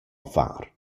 far